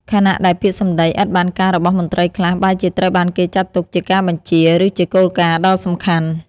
ខណៈដែលពាក្យសម្ដីឥតបានការរបស់មន្ត្រីខ្លះ បែរជាត្រូវបានគេចាត់ទុកជាការបញ្ជា ឬជាគោលការណ៍ដ៏សំខាន់។